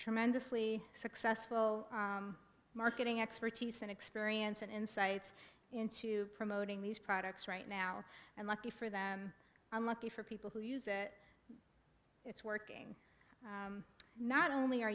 tremendously successful marketing expertise and experience and insights into promoting these products right now and lucky for them unlucky for people who use it it's working not only are